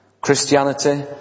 Christianity